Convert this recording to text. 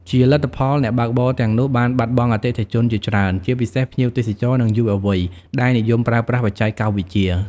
ជាលទ្ធផល អ្នកបើកបរទាំងនោះបានបាត់បង់អតិថិជនជាច្រើន ជាពិសេសភ្ញៀវទេសចរ និងយុវវ័យ ដែលនិយមប្រើប្រាស់បច្ចេកវិទ្យា។